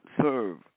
serve